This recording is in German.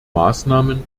maßnahmen